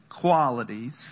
qualities